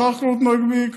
בסך הכול הוא נוהג כשורה,